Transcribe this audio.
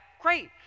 great